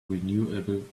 renewable